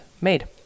made